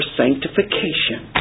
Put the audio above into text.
sanctification